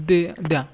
दे द्या